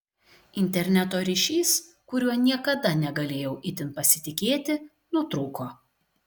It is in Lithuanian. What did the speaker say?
interneto ryšys kuriuo niekada negalėjau itin pasitikėti nutrūko